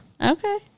Okay